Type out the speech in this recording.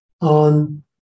on